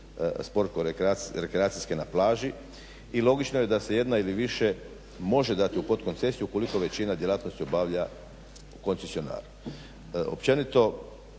sportsko-rekreacijske na plaži i logično je da se jedna ili više može dati u podkoncesiju ukoliko većina djelatnosti obavlja koncesionar. Općenito